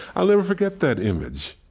i'll never forget that image.